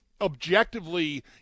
objectively